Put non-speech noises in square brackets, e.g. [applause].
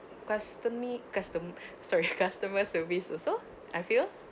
customly custom [breath] sorry customer service also I feel